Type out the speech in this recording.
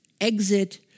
exit